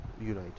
United